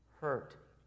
hurt